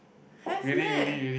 have meh